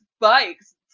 bikes